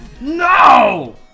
No